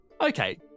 Okay